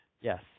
Yes